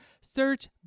Search